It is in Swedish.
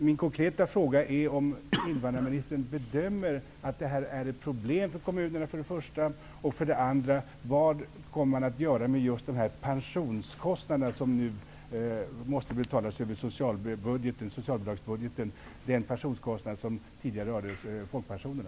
Min konkreta fråga är för det första om invandrarministern bedömer att detta är ett problem för kommunerna och för det andra vad man kommer att göra med just de pensionskostnader som nu måste bestridas över socialbidragsbudgeten -- dvs. den pensionskostnad som tidigare rörde folkpensionerna.